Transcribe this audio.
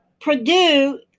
purdue